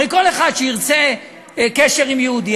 הרי כל אחד שירצה קשר עם יהודי,